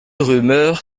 rumeur